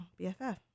BFF